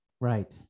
Right